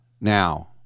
now